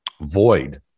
Void